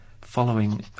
following